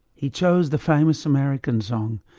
he chose the famous american song,